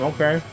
Okay